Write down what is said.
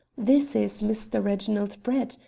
this is mr. reginald brett,